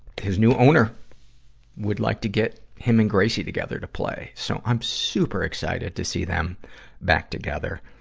his new owner would like to get him and gracie together to play. so i'm super excited to see them back together.